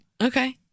Okay